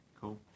Cool